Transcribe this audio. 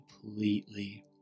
completely